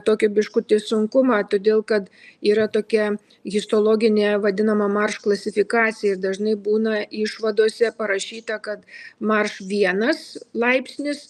tokią biškutį sunkumą todėl kad yra tokia histologinė vadinama maršklasifikacija dažnai būna išvadose parašyta kad marš vienas laipsnis